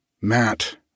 Matt